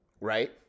right